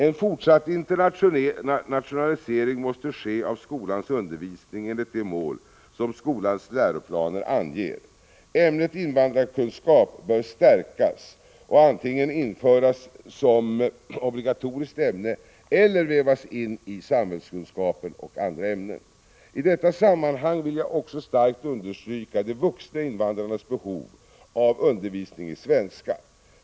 En fortsatt internationalisering måste ske av skolans undervisning enligt de mål som skolans läroplaner anger. Ämnet invandrarkunskap bör stärkas och antingen införas som obligatoriskt ämne eller vävas in i samhällskunskapen och andra ämnen. I detta sammanhang vill jag också starkt understyrka de vuxna invandrarnas behov av undervisning i svenska.